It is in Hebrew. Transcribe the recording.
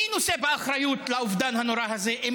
מי נושא באחריות לאובדן הנורא הזה אם